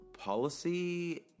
Policy